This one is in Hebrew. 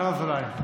ינון אזולאי.